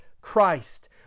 Christ